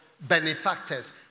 benefactors